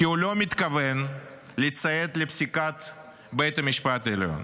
כי הוא לא מתכוון לציית לפסיקת בית המשפט העליון.